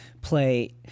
play